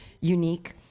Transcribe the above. unique